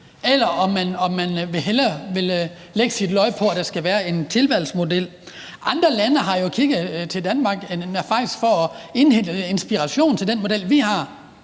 eller om man hellere vil lægge sit lod på, at der skal være en tilvalgsmodel? Andre lande har jo faktisk kigget til Danmark for at hente inspiration fra den model, vi har,